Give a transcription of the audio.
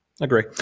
agree